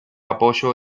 apoyo